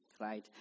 right